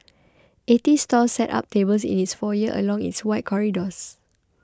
eighty stalls set up tables in its foyer along its wide corridors